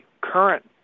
current